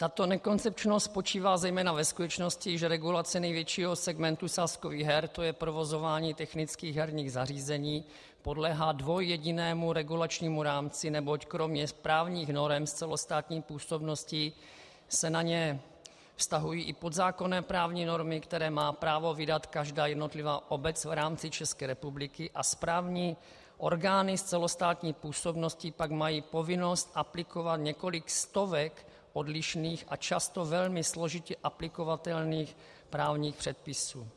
Tato nekoncepčnost spočívá zejména ve skutečnosti, že regulace největšího segmentu sázkových her, to je provozování technických herních zařízení, podléhá dvojjedinému regulačnímu rámci, neboť kromě právních norem s celostátní působností se na něj vztahují i podzákonné právní normy, které má právo vydat každá jednotlivá obec v rámci České republiky a správní orgány s celostátní působností pak mají povinnost aplikovat několik stovek odlišných a často velmi složitě aplikovatelných právních předpisů.